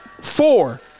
Four